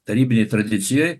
tarybinėj tradicijoj